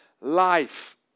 life